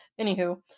anywho